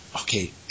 okay